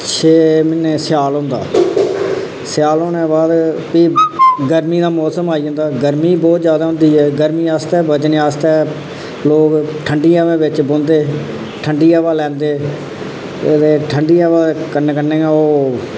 छे म्हीने स्याल होंदा स्याल होने दे बाद फ्ही गर्मी दा मौसम आई जंदा गर्मी बहुत ज्यादा होंदी ऐ गर्मी आस्तै बचने आस्तै लोग ठंडी हवें बिच बौहंदे ठंडी हवा लैंदे ओह्दे ठंडी हवा दे कन्नै कन्नै गै ओह्